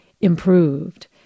improved